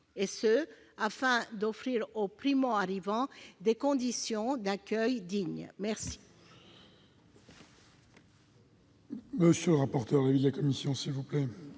afin d'offrir aux primoarrivants des conditions d'accueil dignes. Quel